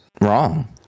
wrong